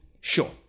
sure